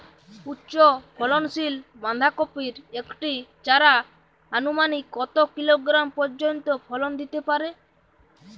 উচ্চ ফলনশীল বাঁধাকপির একটি চারা আনুমানিক কত কিলোগ্রাম পর্যন্ত ফলন দিতে পারে?